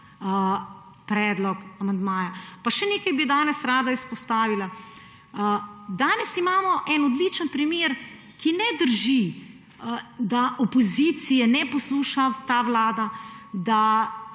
predlog amandmaja. Pa še nekaj bi danes rada izpostavila. Danes imamo en odličen primer, ki ne drži, da opozicije ne posluša ta vlada, da